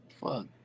Fuck